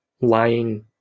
lying